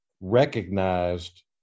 recognized